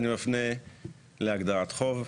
אני מפנה להגדרת חוב,